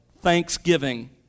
thanksgiving